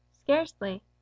Scarcely